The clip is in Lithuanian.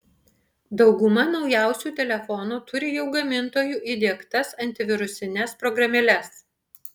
dauguma naujausių telefonų turi jau gamintojų įdiegtas antivirusines programėles